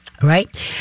Right